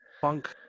funk